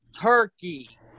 turkey